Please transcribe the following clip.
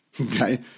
Okay